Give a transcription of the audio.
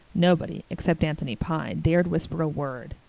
nobody, except anthony pye, dared whisper a word.